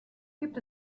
gibt